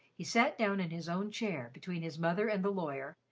he sat down in his own chair, between his mother and the lawyer,